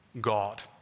God